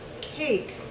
cake